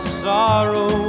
sorrow